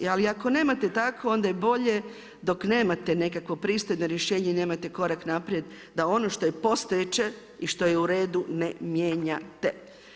Ali ako nemate tako onda je bolje dok nemate nekakvo pristojno rješenje i nemate korak naprijed da ono što je postojeće i što je u redu ne mijenjate.